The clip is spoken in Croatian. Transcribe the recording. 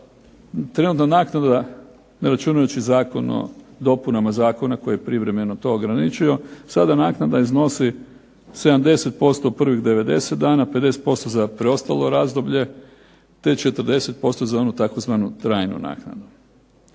trenutna naknada ne računajući zakon o dopunama zakona koji je privremeno to ograničio, sada naknada iznosi 70% prvih 90 dana, 50% za preostalo razdoblje, te 40% za onu tzv. trajnu naknadu.